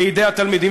לידי התלמידים,